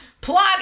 Plot